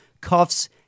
cuffs